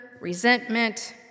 resentment